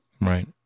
Right